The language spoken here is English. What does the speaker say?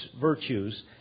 virtues